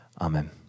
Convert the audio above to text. amen